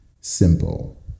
simple